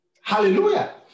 Hallelujah